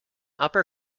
upper